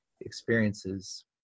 experiences